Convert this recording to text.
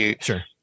Sure